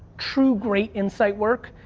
true great insight work,